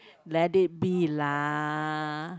let it be lah